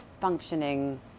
functioning